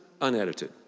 unedited